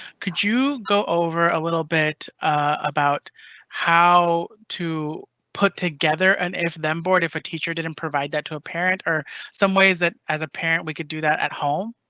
could you go over a little bit about how to put together an and if then board if a teacher didn't provide that to a parent or some ways that as a parent we could do that at home.